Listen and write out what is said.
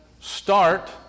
start